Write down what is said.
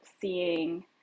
seeing